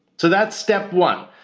so that's step one,